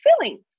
feelings